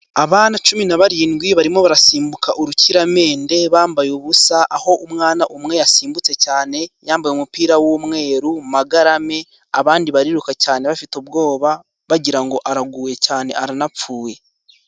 Abana cumi na barindwi, barimo barasimbuka urukiramende bambaye ubusa, aho umwana umwe yasimbutse cyane yambaye umupira w'umweru magarame, abandi bariruka cyane bafite ubwoba, bagira ngo araguye cyane aranapfuye.